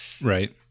right